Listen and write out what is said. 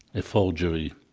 a forgery.